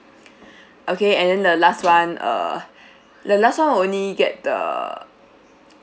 okay and then the last [one] err the last [one] only get the